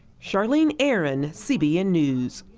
charlene aaron, cbn news.